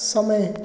समय